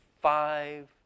five